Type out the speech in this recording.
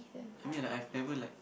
I mean like I've never like